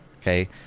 okay